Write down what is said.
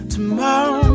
Tomorrow